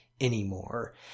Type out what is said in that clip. anymore